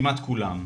כמעט כולם.